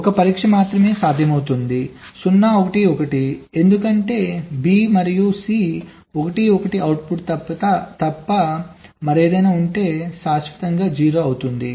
1 పరీక్ష మాత్రమే సాధ్యమవుతుంది 0 1 1 ఎందుకంటే B మరియు C 1 1 అవుట్పుట్ తప్ప మరేదైనా ఉంటే శాశ్వతంగా 0 అవుతుంది